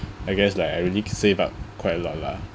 I guess like I really save up quite a lot lah